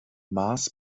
mars